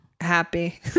happy